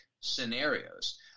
scenarios